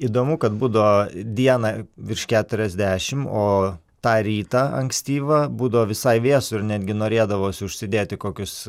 įdomu kad būdavo dieną virš keturiasdešim o tą rytą ankstyvą būdavo visai vėsu ir netgi norėdavosi užsidėti kokius